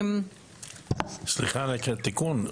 סליחה, רק תיקון.